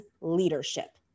leadership